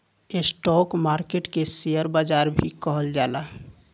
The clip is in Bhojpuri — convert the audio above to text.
स्टॉक मार्केट के शेयर बाजार भी कहल जाला